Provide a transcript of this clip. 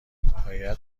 باید